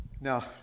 Now